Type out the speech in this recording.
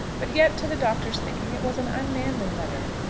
but yet to the doctor's thinking it was an unmanly letter.